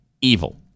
evil